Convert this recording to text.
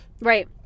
Right